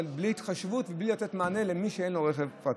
בלי התחשבות ובלי לתת מענה למי שאין לו רכב פרטי.